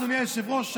אדוני היושב-ראש,